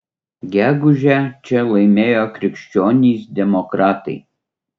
gegužę čia laimėjo krikščionys demokratai